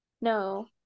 no